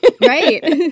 Right